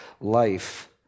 life